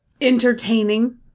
entertaining